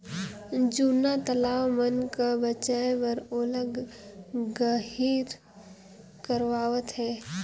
जूना तलवा मन का बचाए बर ओला गहिर करवात है